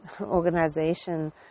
organization